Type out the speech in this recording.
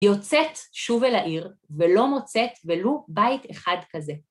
יוצאת שוב אל העיר ולא מוצאת ולו בית אחד כזה.